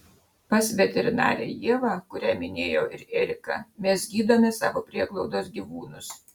pas veterinarę ievą kurią minėjo ir erika mes gydome savo prieglaudos gyvūnus